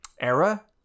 Era